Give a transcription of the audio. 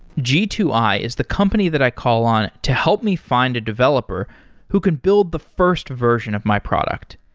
g two i is the company that i call on to help me find a developer who can build the first version of my product.